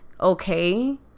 okay